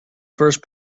first